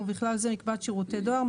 ובכלל זה מקבץ שירותי דואר,